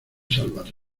salvarle